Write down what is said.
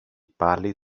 πάλι